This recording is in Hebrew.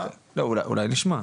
לא, אולי נשמע.